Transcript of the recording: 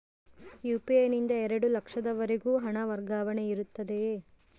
UPI ನಿಂದ ಎರಡು ಲಕ್ಷದವರೆಗೂ ಹಣ ವರ್ಗಾವಣೆ ಇರುತ್ತದೆಯೇ?